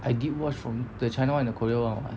I did watch from the china [one] and the korea [one] [what]